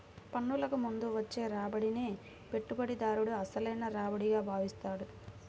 పన్నులకు ముందు వచ్చే రాబడినే పెట్టుబడిదారుడు అసలైన రాబడిగా భావిస్తాడు